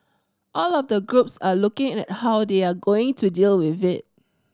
all of the groups are looking at how they are going to deal with it